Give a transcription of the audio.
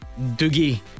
Doogie